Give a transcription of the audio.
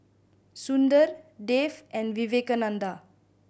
Sundar Dev and Vivekananda